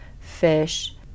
fish